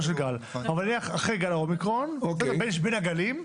אחרי גל האומיקרון, בין הגלים,